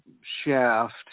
shaft